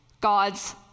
God's